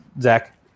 Zach